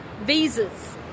visas